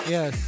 Yes